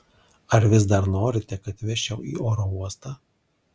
ar vis dar norite kad vežčiau į oro uostą